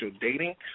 dating